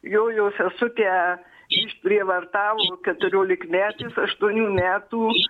jo jo sesutė išprievartavo keturiolikmetis aštuonių metų